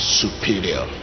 superior